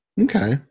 okay